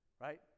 Right